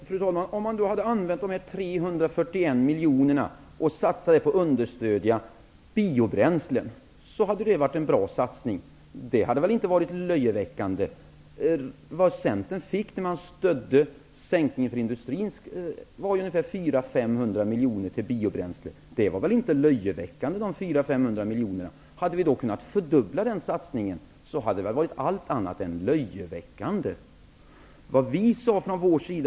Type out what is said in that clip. Fru talman! Hade man använt de 341 miljonerna till att understödja biobränslen, hade det varit en bra satsning. Det hade väl inte varit löjeväckande? Vad Centern fick när man stödde skattesänkningen för industrin var ungefär 400--500 miljoner till biobränslen. De pengarna var väl inte löjeväckande? Hade vi då kunnat fördubbla den satsningen, hade det väl varit allt annat än löjeväckande?